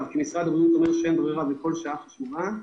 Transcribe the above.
כי משרד הבריאות אומר שאין ברירה וכל שעה שעוברת חשובה,